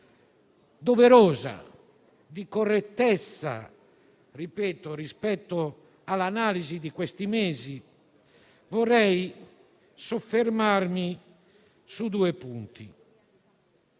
doverosa e di correttezza rispetto all'analisi di questi mesi, vorrei soffermarmi su due punti.